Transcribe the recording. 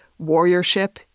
warriorship